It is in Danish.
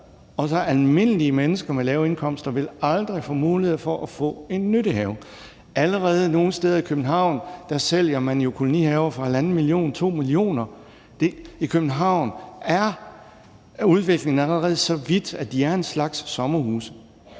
almindelige mennesker med lave indkomster aldrig vil få mulighed for at få en nyttehave. Nogle steder i København sælger man jo allerede kolonihaver for halvanden til to millioner kroner. I København er udviklingen allerede gået så vidt, at de er en slags sommerhuse.